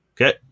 Okay